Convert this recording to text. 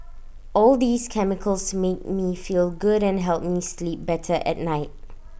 all these chemicals make me feel good and help me sleep better at night